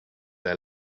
they